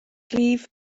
rif